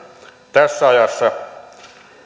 tässä ajassa